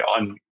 on